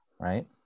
right